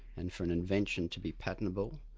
and for an invention to be patentable,